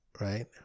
Right